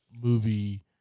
movie